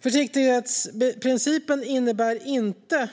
Försiktighetsprincipen innebär inte